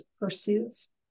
pursuits